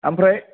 ओमफ्राय